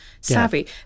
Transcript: savvy